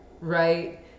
Right